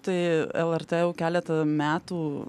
tai lrt jau keletą metų